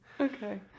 Okay